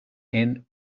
and